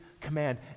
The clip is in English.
command